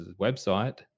website